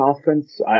offense